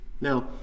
Now